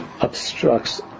obstructs